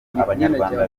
abanyarwanda